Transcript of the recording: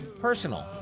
personal